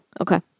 Okay